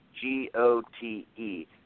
G-O-T-E